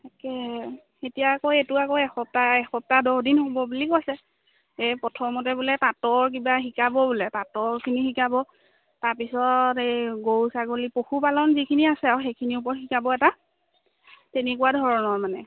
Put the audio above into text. তাকে এতিয়া আকৌ এইটো আকৌ এসপ্তাহ এসপ্তাহ দহদিন হ'ব বুলি কৈছে এই প্ৰথমতে বোলে তাঁতৰ কিবা শিকাব বোলে পাটলখিনি শিকাব তাৰপিছত এই গৰু ছাগলী পশুপালন যিখিনি আছে আৰু সেইখিনিৰ ওপৰত শিকাব এটা তেনেকুৱা ধৰণৰ মানে